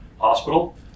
Hospital